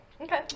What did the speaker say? Okay